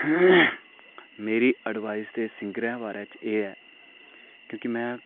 मेरी एडवाइस दे सिंगरें बारे च एह् ऐ क्योंकि में